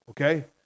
Okay